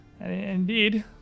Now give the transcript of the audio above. indeed